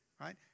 right